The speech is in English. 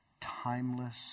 timeless